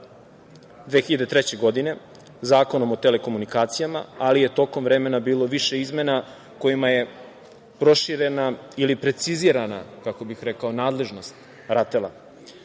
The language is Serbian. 2003. godine Zakonom o telekomunikacijama, ali je tokom vremena bilo više izmena kojima je proširena ili precizirana, kako bih rekao, nadležnost RATEL-a.